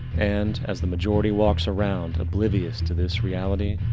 and, as the majority walks around oblivious to this reality,